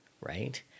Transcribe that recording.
right